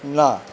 না